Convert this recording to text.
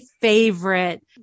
favorite